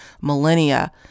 millennia